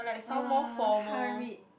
uh hurried